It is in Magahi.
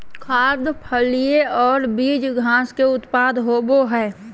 खाद्य, फलियां और बीज घास के उत्पाद होबो हइ